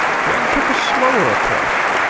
greg took a slower approach.